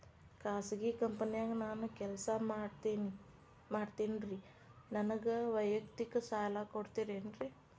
ಖಾಸಗಿ ಕಂಪನ್ಯಾಗ ನಾನು ಕೆಲಸ ಮಾಡ್ತೇನ್ರಿ, ನನಗ ವೈಯಕ್ತಿಕ ಸಾಲ ಕೊಡ್ತೇರೇನ್ರಿ?